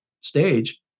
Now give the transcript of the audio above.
stage